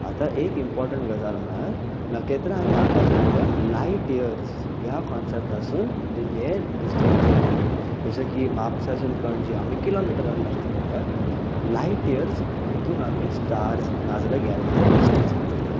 आतां एक इंपोर्टंट गजाल म्हळ्यार नकेत्रां आनी आकाशगंगा लायट इयर्स ह्या काॅन्सेप्टा पसून हे डिस्टन्साची जशें की म्हापसाच्यान पणजे आमी किलोमिटरान मेजर करतात लायट इयर्स हितून आमी स्टार्स ना जाल्यार गेलेक्सीचें डिस्टन्स मेजर करतात